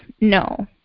No